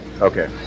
Okay